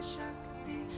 Shakti